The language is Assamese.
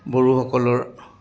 বড়োসকলৰ